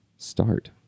start